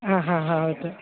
ಆಂ ಹಾಂ ಹೌದು